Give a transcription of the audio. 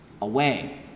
away